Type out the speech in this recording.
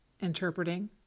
interpreting